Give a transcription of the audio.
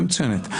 שאלה מצוינת.